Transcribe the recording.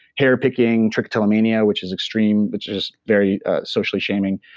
hair picking, trichotillmanina, which is extreme, which is very socially shaming.